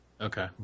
Okay